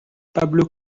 pablo